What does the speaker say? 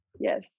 Yes